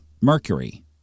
Mercury